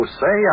say